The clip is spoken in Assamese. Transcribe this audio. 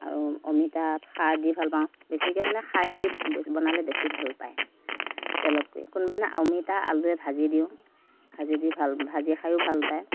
আৰু অমিতা খাৰ দি ভাল পাওঁ বেছিকৈ মানে খাৰেদি বে বনালে বেছি ভাল পায় তেলতকৈ কোনোবা দিনা অমিতা আলুৱে ভাজি দিওঁ ভাজি দি ভাল ভাজি খায়ো ভাল পায়